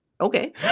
okay